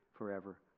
forever